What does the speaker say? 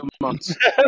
months